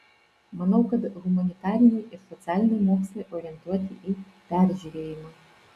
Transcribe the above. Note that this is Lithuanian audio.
manau kad humanitariniai ir socialiniai mokslai orientuoti į peržiūrėjimą